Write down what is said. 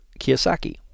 Kiyosaki